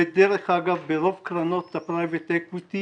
ודרך אגב, ברוב קרנות הפרייבט אקוויטי